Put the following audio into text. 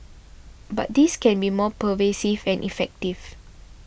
but this can be more pervasive and effective